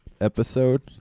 episode